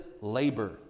labor